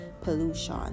pollution